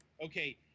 okay